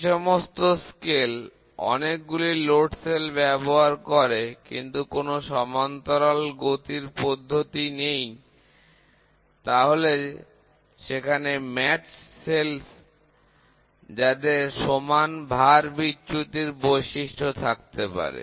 যে সমস্ত স্কেল অনেকগুলি লোড সেল ব্যবহার করে কিন্তু কোন সমান্তরাল গতির পদ্ধতি নেই তাহলে সেখানে একইরকম সেল যাদের সমান ভার বিচ্যুতির বৈশিষ্ট্য থাকতে হবে